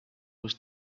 was